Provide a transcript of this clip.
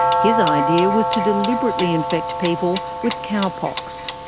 his idea was to deliberately infect people with cowpox.